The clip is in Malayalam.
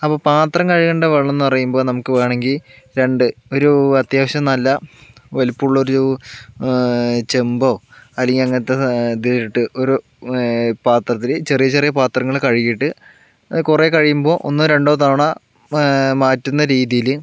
അപ്പം പാത്രം കഴുകേണ്ട വെള്ളം എന്ന് പറയുമ്പോൾ നമുക്ക് വേണമെങ്കിൽ രണ്ട് ഒരു അത്യാവശ്യം നല്ല വലുപ്പമുള്ള ഒരു ചെമ്പോ അല്ലെങ്കിൽ അങ്ങനത്തെ ഇതിലിട്ടു ഒരു പാത്രത്തിൽ ചെറിയ ചെറിയ പാത്രങ്ങൾ കഴുകിയിട്ട് കുറേ കഴിയുമ്പോൾ ഒന്നോ രണ്ടോ തവണ മാറ്റുന്ന രീതീൽ